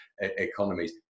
economies